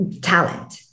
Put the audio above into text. talent